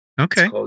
Okay